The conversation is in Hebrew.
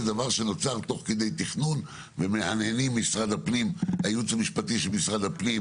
דבר שנוצר תוך כדי תכנון ומהנהנים הייעוץ המשפטי של משרד הפנים